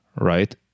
right